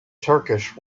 turkish